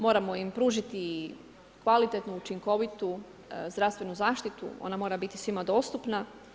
Moramo im pružiti i kvalitetnu učinkovitu zdravstvenu zaštitu, ona mora biti svima dostupna.